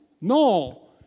No